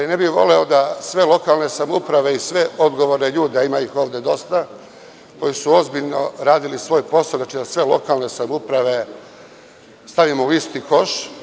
Ne bih voleo da sve lokalne samouprave i sve odgovorne ljude, a ima ih valjda dosta, koji su ozbiljno radili svoj posao, znači da sve lokalne samouprave stavimo u isti koš.